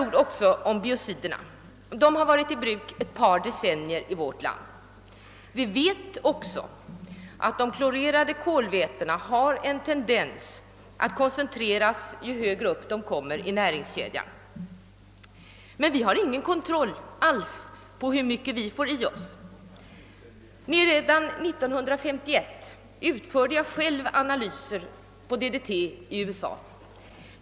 Biocider har varit i bruk i vårt land under ett par decennier. Vi vet nu att t.ex. de klorerade kolvätena har en tendens att koncentreras ju högre upp de kommer i näringskedjan, men vi har ingen kontroll över hur mycket biocider vi får i Oss. Redan 1951 utförde jag själv DDT-analyser i USA.